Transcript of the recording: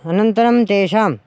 अनन्तरं तेषाम्